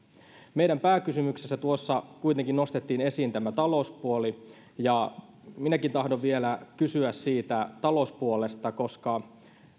meidän pääkysymyksessä kuitenkin nostettiin esiin tämä talouspuoli ja minäkin tahdon vielä kysyä siitä talouspuolesta koska